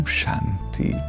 Shanti